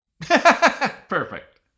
Perfect